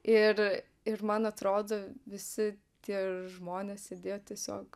ir ir man atrodo visi tie žmonės sėdėjo tiesiog